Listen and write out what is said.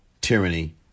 Tyranny